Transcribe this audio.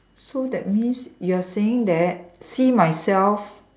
so that means you are saying that see myself